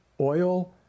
oil